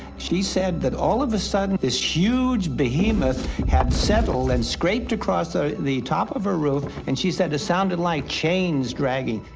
she said that, all of a sudden, this huge behemoth had settled and scraped across ah the top of her roof. and she said it sounded like chains dragging.